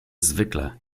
zwykłe